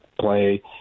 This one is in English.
play